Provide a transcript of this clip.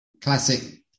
classic